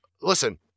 Listen